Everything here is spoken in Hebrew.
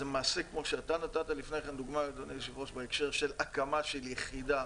הקמה של יחידה.